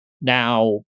Now